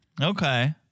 Okay